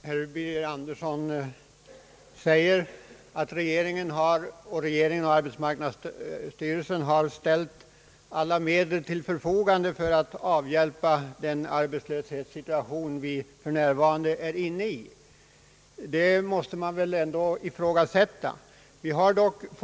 Herr talman! Enligt herr Birger Andersson har regeringen och arbetsmarknadsstyrelsen ställt alla erforderliga medel till förfogande för att avhjälpa den arbetslöshetssituation vi för närvarande har. Det påståendet måste man väl ändå ifrågasätta riktigheten av.